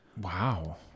Wow